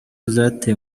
zateye